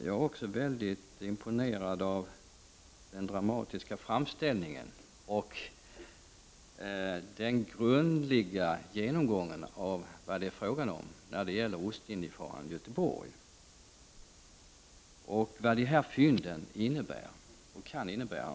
Jag var också mycket imponerad av den dramatiska framställningen och den grundliga genomgången av vad det är fråga om när det gäller Ostindiefararen Götheborg och vad detta fynd innebär och kan innebära.